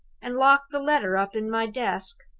and lock the letter up in my desk.